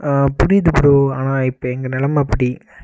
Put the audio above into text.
புரியுது ப்ரோ ஆனால் இப்போ எங்கள் நிலைம அப்படி